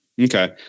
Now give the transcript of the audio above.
Okay